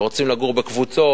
הרצון לגור בקבוצות.